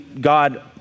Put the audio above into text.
God